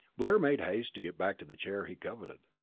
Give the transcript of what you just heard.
blair made haste to get back to the chair he coveted.